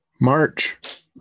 March